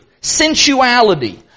sensuality